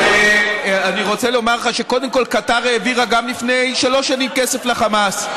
אני רוצה לומר לך שקודם כול קטאר העבירה גם לפני שלוש שנים כסף לחמאס,